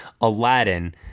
Aladdin